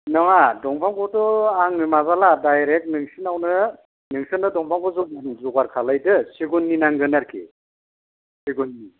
नङा दंफांखौथ' आङो माबाला दायरेक्त नोंसिनावनो नोंसोरनो दंफांखौ जगार खालामदो सिगुननि नांगोन आरोखि सिगुननि